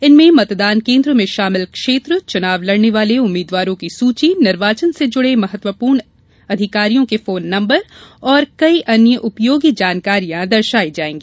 इनमें मतदान केन्द्र में शामिल क्षेत्र चुनाव लड़ने वाले उम्मीदवारों की सूची निर्वाचन से जुड़े महत्वपूर्ण अधिकारियों के फोन नम्बर और कई अन्य उपयोगी जानकारियां दर्शाई जायेंगी